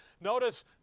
Notice